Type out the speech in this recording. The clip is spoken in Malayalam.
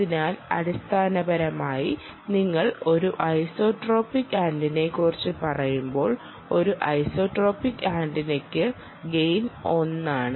അതിനാൽ അടിസ്ഥാനപരമായി നിങ്ങൾ ഒരു ഐസോട്രോപിക് ആന്റിനയെക്കുറിച്ച് പറയുമ്പോൾ ഒരു ഐസോട്രോപിക് ആന്റിനയ്ക്ക് ഗെയിൻ ഒന്നാണ്